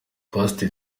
pastor